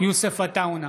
יוסף עטאונה,